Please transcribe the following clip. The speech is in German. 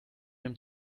dem